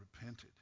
repented